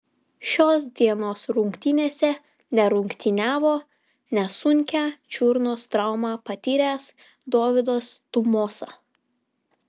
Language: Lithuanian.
šios dienos rungtynėse nerungtyniavo nesunkią čiurnos traumą patyręs dovydas tumosa